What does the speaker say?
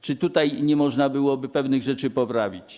Czy nie można byłoby pewnych rzeczy poprawić?